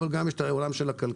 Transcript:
אבל גם יש את העולם של הכלכלה,